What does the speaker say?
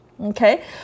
Okay